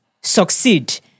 succeed